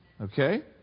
Okay